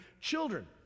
children